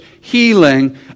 healing